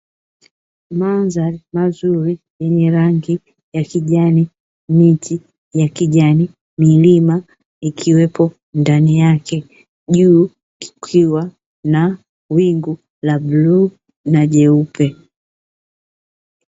Madhari mazuri yenye rangi ya kijani, miti ya kijani, milima ikiwepo ndani yake juu kukiwa na wingu la bluu na jeupe.